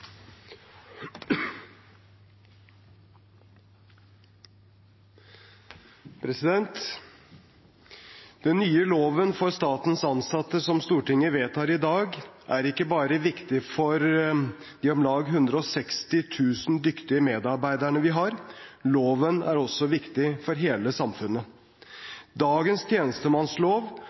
Den nye loven for statens ansatte, som Stortinget vedtar i dag, er ikke bare viktig for de om lag 160 000 dyktige medarbeiderne vi har. Loven er også viktig for hele samfunnet. Dagens